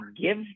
give